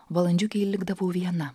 valandžiukei likdavau viena